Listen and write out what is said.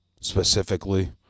specifically